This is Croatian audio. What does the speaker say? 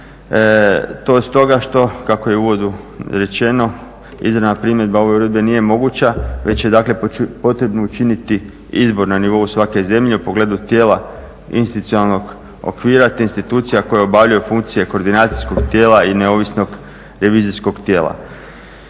To je stoga što je kako je u uvodu rečeno, izravna primjedba ove uredbe nije moguće veće potrebno učiniti izbor na nivou svake zemlje u pogledu tijela institucionalnog okvira te institucija koje obavljaju funkcije koordinacijskog tijela i neovisnog revizijskog tijela.